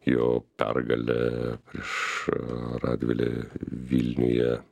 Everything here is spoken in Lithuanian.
jo pergalė prieš radvilę vilniuje